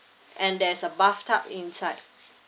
and there's a bathtub inside